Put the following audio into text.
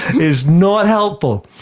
is not helpful.